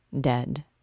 dead